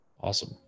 Awesome